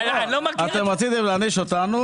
רציתם להעניש אותנו